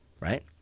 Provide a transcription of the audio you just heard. right